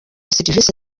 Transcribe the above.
serivisi